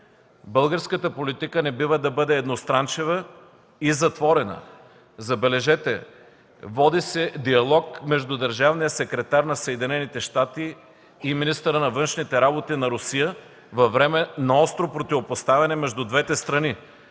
Българската политика не бива да бъде едностранчива и затворена. Забележете, води се диалог между държавния секретар на Съединените щати и министъра на външните работи на Русия във време на остро противопоставяне между двете страни.